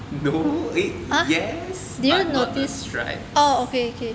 no eh yes but not the stripes